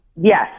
Yes